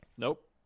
Nope